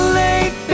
late